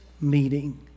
meeting